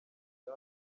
bya